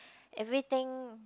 everything